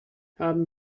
haben